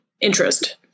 interest